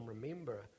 remember